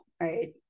right